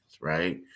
right